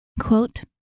Quote